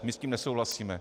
My s tím nesouhlasíme.